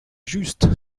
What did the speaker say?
juste